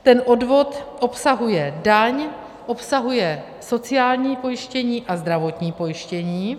Ten odvod obsahuje daň, obsahuje sociální pojištění a zdravotní pojištění.